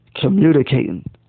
communicating